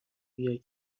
بیای